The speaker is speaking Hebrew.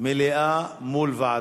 מליאה מול ועדה.